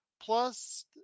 plus